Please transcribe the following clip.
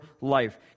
life